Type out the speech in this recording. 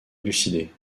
élucidée